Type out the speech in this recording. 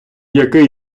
який